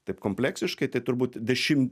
taip kompleksiškai tai turbūt dešim